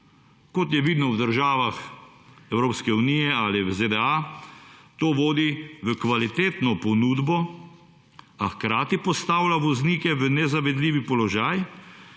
Kot je vidno v državah Evropske unije ali v ZDA to vodi v kvalitetno ponudbo, a hkrati postavlja voznike v nezavidljivi položaj,